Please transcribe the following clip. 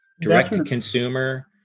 direct-to-consumer